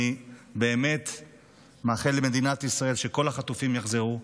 אני באמת מאחל למדינת ישראל שכל החטופים יחזרו.